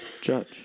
judge